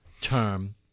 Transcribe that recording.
term